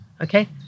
Okay